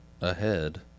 ahead